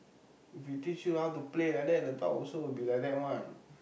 if you teach him how to play like that the dog will also be like that one